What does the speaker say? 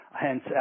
hence